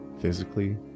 physically